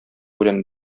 белән